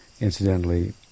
incidentally